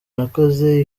nakoze